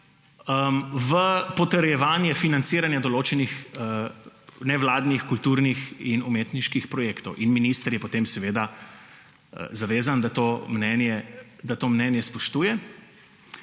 v potrjevanje financiranja določenih nevladnih kulturnih in umetniških projektov. Minister je potem zavezan, da to mnenje spoštuje.